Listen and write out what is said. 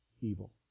evil